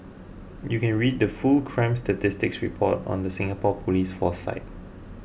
you can read the full crime statistics report on the Singapore police force site